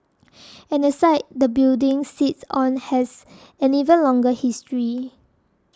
and the site the building sits on has an even longer history